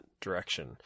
direction